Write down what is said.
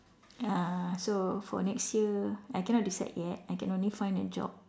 uh so for next year I cannot decide yet I can only find a job